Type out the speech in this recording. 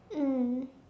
mm